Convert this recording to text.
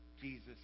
Jesus